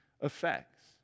effects